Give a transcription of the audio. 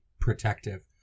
protective